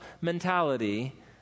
mentality